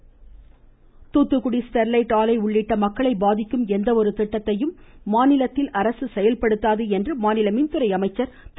Thangamani Thoothukudi Sterlite ஆலை உள்ளிட்ட மக்களை பாதிக்கும் எந்த ஒரு திட்டத்தையும் மாநிலத்தில் அரசு செயல்படுத்தாது என்று மாநில மின் துறை அமைச்சர் திரு